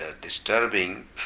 disturbing